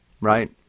right